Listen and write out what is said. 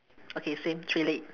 okay same three leg